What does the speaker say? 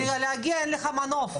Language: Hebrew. להגיע ואין לך מנוף.